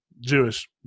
Jewish